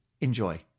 Enjoy